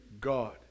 God